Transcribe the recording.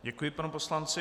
Děkuji panu poslanci.